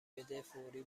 بده، فوری